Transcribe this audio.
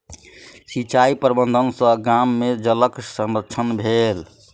सिचाई प्रबंधन सॅ गाम में जलक संरक्षण भेल